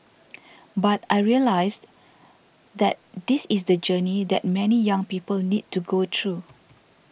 but I realised that this is the journey that many young people need to go through